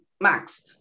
max